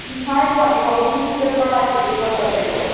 ꯁꯨꯝ ꯍꯥꯏꯕ ꯋꯥꯅꯤ ꯋꯥꯀꯤꯡ ꯆꯠꯄ ꯍꯥꯏꯁꯤꯁꯨ ꯃꯇꯝꯅꯤꯗꯣ